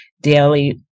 daily